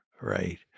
right